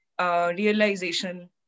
realization